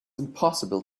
impossible